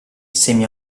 semi